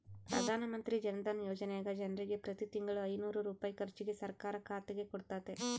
ಪ್ರಧಾನಮಂತ್ರಿ ಜನಧನ ಯೋಜನೆಗ ಜನರಿಗೆ ಪ್ರತಿ ತಿಂಗಳು ಐನೂರು ರೂಪಾಯಿ ಖರ್ಚಿಗೆ ಸರ್ಕಾರ ಖಾತೆಗೆ ಕೊಡುತ್ತತೆ